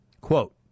Quote